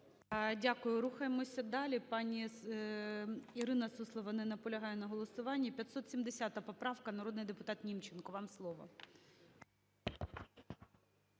Дякую. Рухаємося далі. Пані Ірина Суслова не наполягає на голосуванні. 570 поправка. народний депутатНімченко, вам слово.